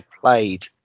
Played